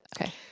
Okay